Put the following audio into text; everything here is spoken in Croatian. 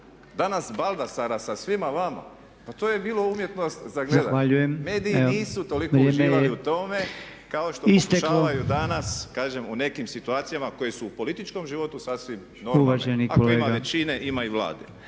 danas Baldasara sa svima vama. Pa to je bilo umjetnost za gledati. Mediji nisu toliko uživali u tome kao što pokušavaju danas kažem u nekim situacijama koje su u političkom životu sasvim normalne. … …/Upadica